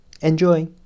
Enjoy